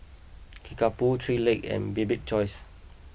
Kickapoo Three Legs and Bibik's Choice